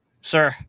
sir